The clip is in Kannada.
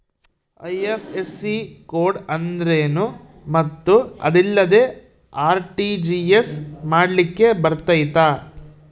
ಐ.ಎಫ್.ಎಸ್.ಸಿ ಕೋಡ್ ಅಂದ್ರೇನು ಮತ್ತು ಅದಿಲ್ಲದೆ ಆರ್.ಟಿ.ಜಿ.ಎಸ್ ಮಾಡ್ಲಿಕ್ಕೆ ಬರ್ತೈತಾ?